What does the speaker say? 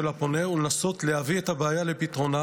הפונה ולנסות להביא את הבעיה לפתרונה,